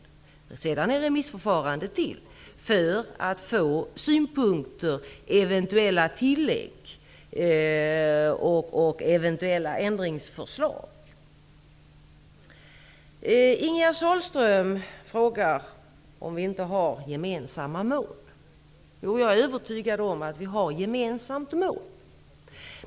Därefter är det ytterligare ett remissförfarande, för att man skall få synpunkter, eventuella tillägg och ändringsförslag framlagda. Ingegerd Sahlström frågar om vi inte har gemensamma mål. Jag är övertygad om att vi har ett gemensamt mål.